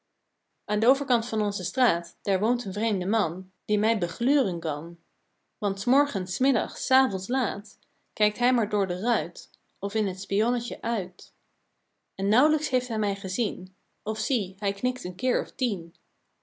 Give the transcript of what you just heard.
aan d overkant van onze straat daar woont een vreemde man die mij begluren kan want s morgens s middags s avonds laat kijkt hij maar door de ruit of in t spionnetje uit en nauw'lijks heeft hij mij gezien of zie hij knikt een keer of tien